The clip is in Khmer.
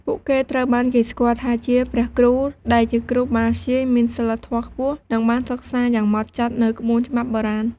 ពួកគេត្រូវបានគេស្គាល់ថាជា ព្រះគ្រូ ដែលជាគ្រូបាធ្យាយមានសីលធម៌ខ្ពស់ និងបានសិក្សាយ៉ាងហ្មត់ចត់នូវក្បួនច្បាប់បុរាណ។